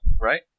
right